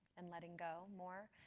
and letting go more.